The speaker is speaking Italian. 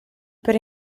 per